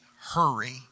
hurry